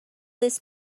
this